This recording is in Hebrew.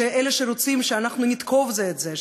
אלה שרוצים שאנחנו נתקוף זה את זה,